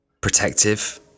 protective